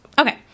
Okay